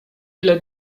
ile